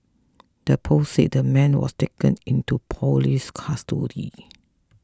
the post said the man was taken into police custody